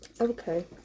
Okay